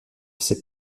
ses